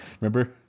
Remember